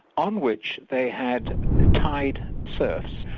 on which they had tied serfs.